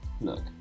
look